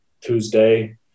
Tuesday